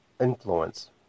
influence